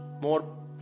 more